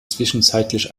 zwischenzeitlich